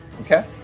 okay